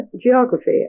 geography